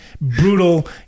brutal